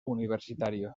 universitario